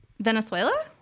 Venezuela